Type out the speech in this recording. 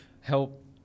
help